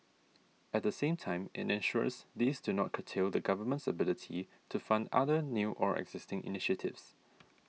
at the same time it ensures these do not curtail the Government's ability to fund other new or existing initiatives